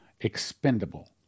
expendable